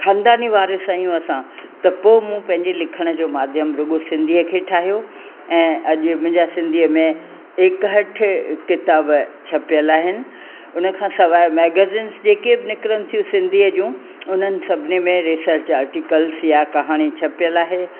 ख़ानदानी वारिस आहियूं असां त पोइ मूं पंहिंजे लिखण जो माध्यम बि को सिंधीअ खे ठाहियो ऐं अॼु मुंहिंजा सिंधीअ में इकहठि किताब छपियलु आहिनि उन खां सवाइ मैगज़िन जेके बि निकिरनि थियूं सिंधीअ जूं उन्हनि सभिनी में रिसर्च आटिकल्स या कहाणी छपियलु आहे